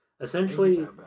Essentially